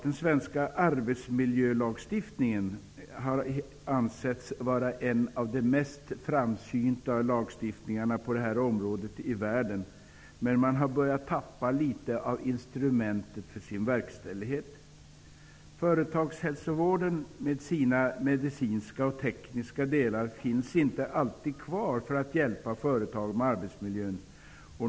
Den svenska arbetsmiljölagstiftningen har ansetts vara en av de mest framsynta i världen, men man har nu börjat tappa instrumentet för verkställighet. Företagshälsovården, med sina medicinska och tekniska delar, finns inte alltid kvar för att hjälpa företagen med arbetsmiljön.